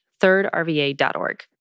thirdrva.org